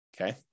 okay